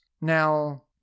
Now